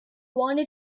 wanted